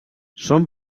són